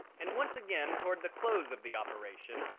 and once again toward the close of the operation,